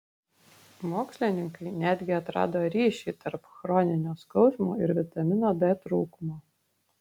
mokslininkai netgi atrado ryšį tarp chroninio skausmo ir vitamino d trūkumo